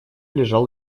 лежал